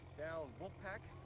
down wolf pack,